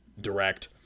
direct